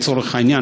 לצורך העניין,